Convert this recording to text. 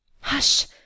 Hush